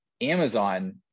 Amazon